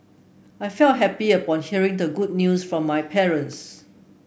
I felt happy upon hearing the good news from my parents